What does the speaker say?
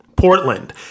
Portland